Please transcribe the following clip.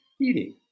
eating